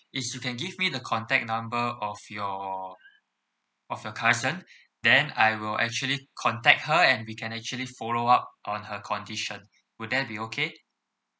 is you can give me the contact number of your of your cousin then I will actually contact her and we can actually follow up on her condition will that be okay